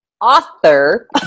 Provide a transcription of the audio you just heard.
author